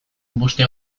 busti